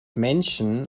menschen